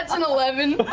an eleven.